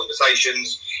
conversations